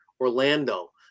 Orlando